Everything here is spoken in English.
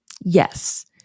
yes